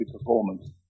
performance